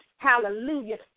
Hallelujah